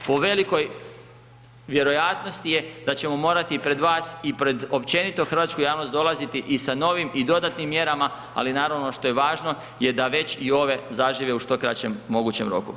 Po velikoj vjerojatnosti je da ćemo morati i pred vas i pred općenito hrvatsku javnost dolaziti i sa novim i dodatnim mjerama, ali naravno što je važno je da već i ove zažive u što kraćem mogućem roku.